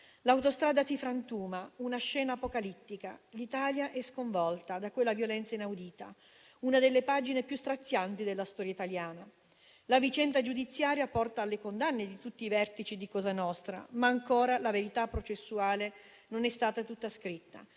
L'autostrada si frantuma, è una scena apocalittica. L'Italia è sconvolta da quella violenza inaudita; è una delle pagine più strazianti della storia italiana. La vicenda giudiziaria porta alle condanne di tutti i vertici di cosa nostra, ma ancora la verità processuale non è stata tutta scritta.